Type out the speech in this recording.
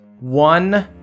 one